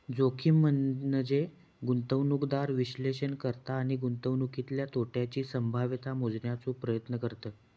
जोखीम म्हनजे गुंतवणूकदार विश्लेषण करता आणि गुंतवणुकीतल्या तोट्याची संभाव्यता मोजण्याचो प्रयत्न करतत